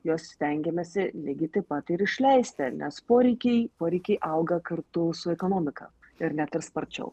juos stengiamasi lygiai taip pat ir išleisti nes poreikiai poreikiai auga kartu su ekonomika ir net ir sparčiau